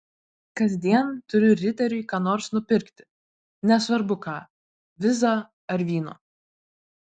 kasdien turiu riteriui ką nors nupirkti nesvarbu ką vizą ar vyno